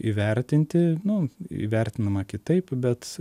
įvertinti nu įvertinama kitaip bet